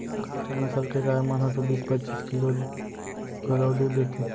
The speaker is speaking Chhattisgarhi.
कइठन नसल के गाय मन ह तो बीस पच्चीस किलो घलौ दूद देथे